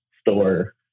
store